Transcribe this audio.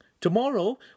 Tomorrow